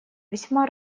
весьма